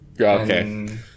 Okay